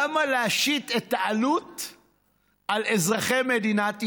למה להשית את העלות על אזרחי מדינת ישראל?